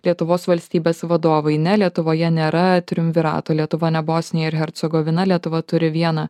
lietuvos valstybės vadovai ne lietuvoje nėra triumvirato lietuva ne bosnija ir hercogovina lietuva turi vieną